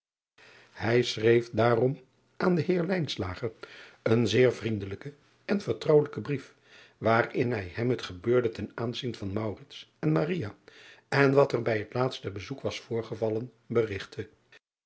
ij schreef daarom aan den eer een zeer vriendelijken en vertrouwelijken brief waarin hij hem het gebeurde ten aanzien van en en wat er bij het laatste bezoek was voorgevallen berigtte